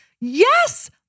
Yes